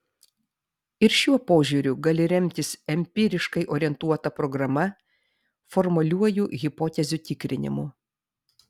ir šiuo požiūriu gali remtis empiriškai orientuota programa formaliuoju hipotezių tikrinimu